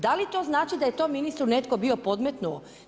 Da li to znači da je tom ministru netko bio podmetnuo?